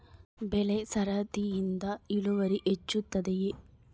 ಬೆಳೆ ಸರದಿಯಿಂದ ಇಳುವರಿ ಹೆಚ್ಚುತ್ತದೆಯೇ?